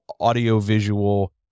audiovisual